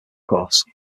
course